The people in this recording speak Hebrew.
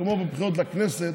כמו בבחירות לכנסת,